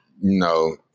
No